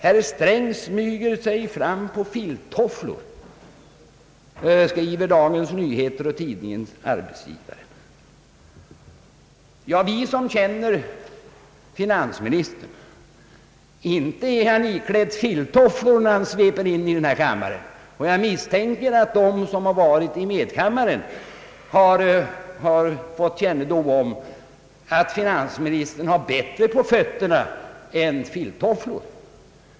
»Herr Sträng smyger sig fram på filttofflor», skriver Dagens Nyheter och tidningen Arbetsgivaren. Vi som känner finansministern vet att inte är han iklädd filttofflor när han sveper in i denna kammare, och jag misstänker att de som varit i medkammaren har fått kännedom om att finansministern har något bättre på fötterna än filttofflor.